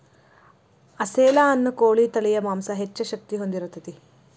ಅಸೇಲ ಅನ್ನು ಕೋಳಿ ತಳಿಯ ಮಾಂಸಾ ಹೆಚ್ಚ ಶಕ್ತಿ ಹೊಂದಿರತತಿ